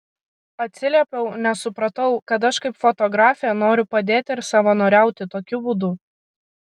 atsiliepiau nes supratau kad aš kaip fotografė noriu padėti ir savanoriauti tokiu būdu